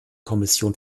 kommission